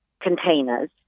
containers